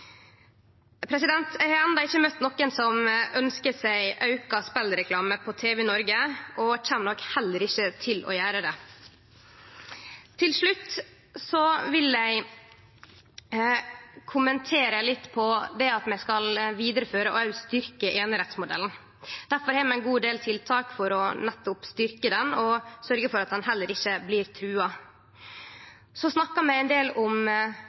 Eg har enno ikkje møtt nokon som ønskjer seg auka spelreklame på tv i Noreg, og det kjem eg nok heller ikkje til å gjere. Til slutt vil eg kommentere litt på det at vi skal vidareføre og òg styrkje einerettsmodellen. Vi har ein god del tiltak for nettopp å styrkje han og sørgje for at han heller ikkje blir trua. Vi snakkar ein del om